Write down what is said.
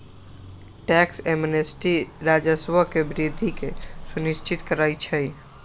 tax amnesty राजस्व में वृद्धि के सुनिश्चित करइ छै